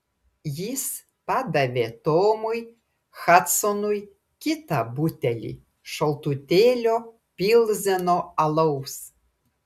jis padavė tomui hadsonui kitą butelį šaltutėlio pilzeno alaus